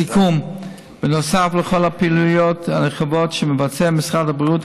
בנוסף לכל הפעילויות הרחבות שמבצע משרד הבריאות,